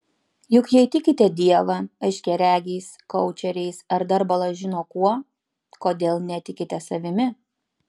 juk jei tikite dievą aiškiaregiais koučeriais ar dar bala žino kuo kodėl netikite savimi